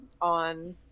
on